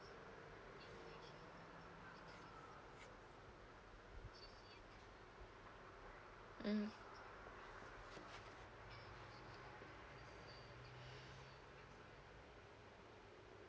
mm